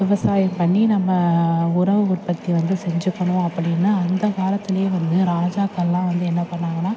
விவசாயம் பண்ணி நம்ம உரம் உற்பத்தி வந்து செஞ்சுக்கணும் அப்படின்னு அந்த காலத்திலே வந்து ராஜாக்களெலாம் வந்து என்ன பண்ணாங்கன்னால்